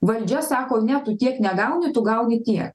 valdžia sako ne tu tiek negauni tu gauni tiek